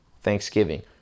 Thanksgiving